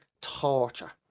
Torture